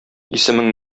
исемең